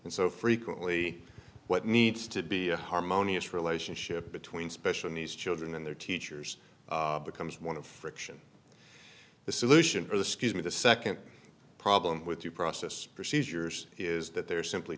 and so frequently what needs to be a harmonious relationship between special needs children and their teachers becomes one of friction the solution for the scuse me the second problem with the process procedures is that they're simply